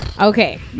Okay